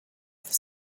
for